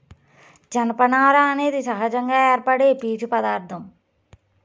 జనపనార అనేది సహజంగా ఏర్పడే పీచు పదార్ధం